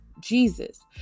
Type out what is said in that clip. Jesus